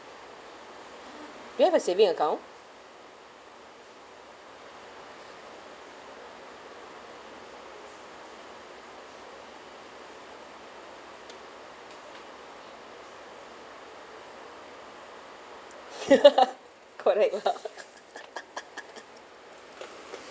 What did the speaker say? do you have a saving account correct lah